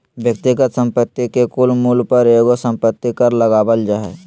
व्यक्तिगत संपत्ति के कुल मूल्य पर एगो संपत्ति कर लगावल जा हय